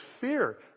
fear